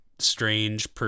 Strange